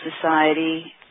society